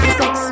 sex